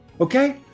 okay